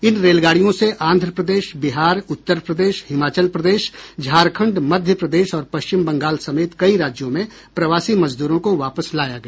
इन रेलगाड़ियों से आंध्र प्रदेश बिहार उत्तर प्रदेश हिमाचल प्रदेश झारखंड मध्यप्रदेश और पश्चिम बंगाल समेत कई राज्यों में प्रवासी मजदूरों को वापस लाया गया